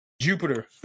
Jupiter